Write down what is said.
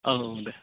औ दे